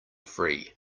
free